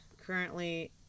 currently